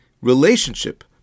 relationship